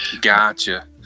gotcha